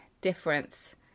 difference